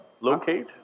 Locate